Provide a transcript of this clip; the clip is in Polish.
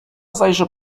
zajrzę